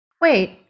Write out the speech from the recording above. Wait